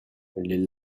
les